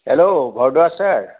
hello Bharadwaj sir